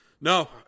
no